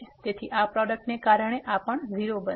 તેથી આ પ્રોડક્ટ ને કારણે આ 0 બનશે